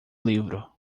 livro